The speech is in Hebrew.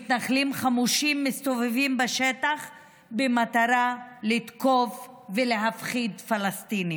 מתנחלים חמושים מסתובבים בשטח במטרה לתקוף ולהפחיד פלסטינים,